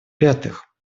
пятых